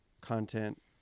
content